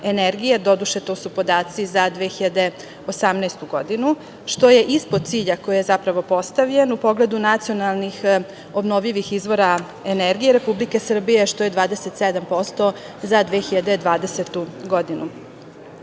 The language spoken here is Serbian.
doduše to su podaci za 2018. godinu, što je ispod cilja koji je zapravo postavljen u pogledu nacionalnih obnovljivih izvora energije Republike Srbije, što je 27% za 2020. godinu. Nadalje